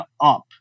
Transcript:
up